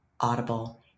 Audible